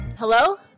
Hello